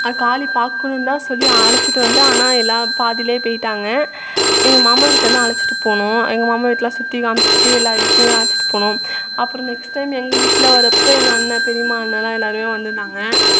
காளி பார்க்கணுந்தான் சொல்லி அழைச்சிட்டு வந்தேன் ஆனால் எல்லா பாதியிலே போயிட்டாங்க எங்கள் மாமா வீட்லேதான் அழைச்சிட்டு போனோம் எங்கள் மாமா வீட்லாம் சுற்றி காமிச்சிட்டு எல்லாரு வீட்லேயும் அழைச்சிட்டு போனோம் அப்புறோம் நெக்ஸ்ட் டைம் எங்கள் வீட்டில் வரப்ப எங்கள் அண்ணன் பெரியம்மா அண்ணலாம் எல்லோருமே வந்துருந்தாங்க